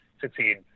succeed